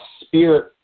spirit